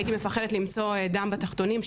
והייתי מפחדת למצוא דם בתחתונים,